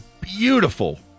beautiful